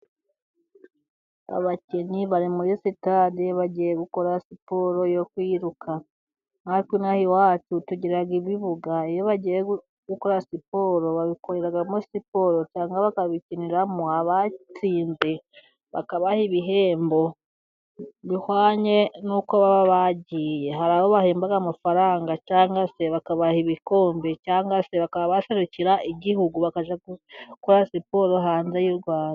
Abakinnyi bari muri sitade bagiye gukora siporo yo kwiruka, natwe ino aha iwacu tugira ibibuga iyo bagiye gukora siporo babikoreramo siporo cyangwa bakabikiniramo, abatsinze bakabaha ibihembo bihwanye n'uko baba bagiye, hari abo bahemba amafaranga cyangwa se bakabaha ibikombe, cyangwa se bakaba baserukira igihugu, bakajya gukora siporo hanze y'u Rwanda.